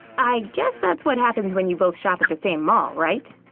i guess that's what happens when you both shop at the same mall, right?